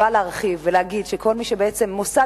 באה להרחיב ולהגיד שכל מוסד,